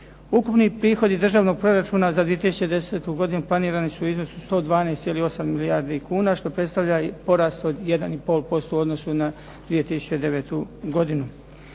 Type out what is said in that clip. Ukupni prihodi državnog proračuna za 2010. godinu planirani su u iznosu od 112,8 milijardi kuna što predstavlja porast od 1,5% u odnosu na 2009. godinu.